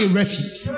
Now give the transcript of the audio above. refuge